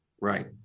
Right